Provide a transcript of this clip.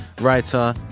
writer